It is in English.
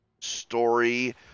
story